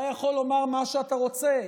אתה יכול לומר מה שאתה רוצה.